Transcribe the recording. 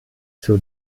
zur